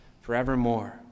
forevermore